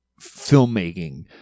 filmmaking